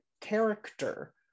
character